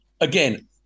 again